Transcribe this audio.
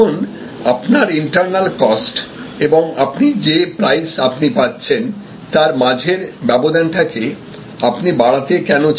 এখন আপনার internal cost এবং যে প্রাইস আপনি পাচ্ছেন তার মাঝের ব্যবধানটাকে আপনি বাড়াতে কেন চাইবেন